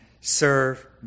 serve